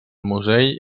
musell